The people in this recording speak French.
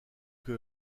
que